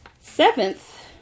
Seventh